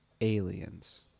Aliens